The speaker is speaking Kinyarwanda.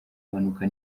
mpanuka